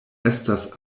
estas